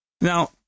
Now